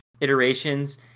iterations